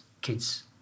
kids